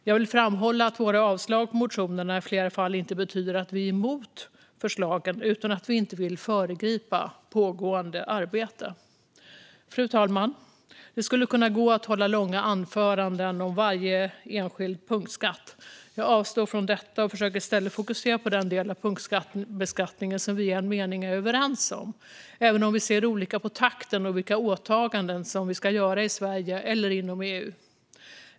Jag vill framhålla att våra avslag på motionerna i flera fall inte betyder att vi är emot förslagen utan att vi inte vill föregripa pågående arbete. Fru talman! Det skulle kunna gå att hålla långa anföranden om varje enskild punktskatt. Jag avstår från detta och försöker att i stället fokusera på den del av punktbeskattningen som vi i en mening är överens om, även om vi ser olika på takten och på vilka åtaganden vi ska göra i Sverige eller inom EU.